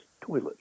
toilet